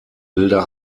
bilder